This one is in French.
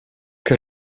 que